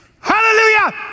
Hallelujah